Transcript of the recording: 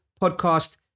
podcast